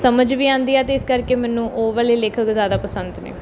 ਸਮਝ ਵੀ ਆਉਂਦੀ ਆ ਅਤੇ ਇਸ ਕਰਕੇ ਮੈਨੂੰ ਉਹ ਵਾਲੇ ਲੇਖਕ ਜ਼ਿਆਦਾ ਪਸੰਦ ਨੇ